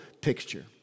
picture